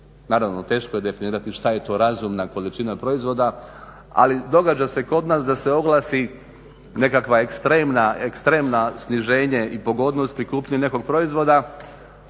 Naravno teško je definirati šta je to razumna količina proizvoda, ali događa se kod nas da se oglasi nekakva ekstremno sniženje i pogodnost pri kupnji nekog proizvoda,